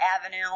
Avenue